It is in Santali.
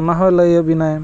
ᱚᱱᱟᱦᱚᱸ ᱞᱟᱹᱭᱟᱵᱤᱱᱟᱭ